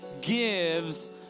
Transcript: gives